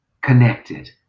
connected